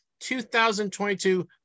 2022